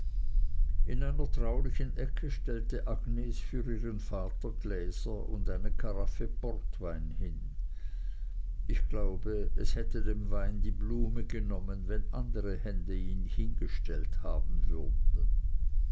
in einer traulichen ecke stellte agnes für ihren vater gläser und eine karaffe portwein hin ich glaube es hätte dem wein die blume gefehlt wenn andere hände ihn hingestellt haben würden